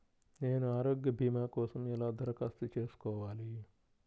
నేను ఆరోగ్య భీమా కోసం ఎలా దరఖాస్తు చేసుకోవాలి?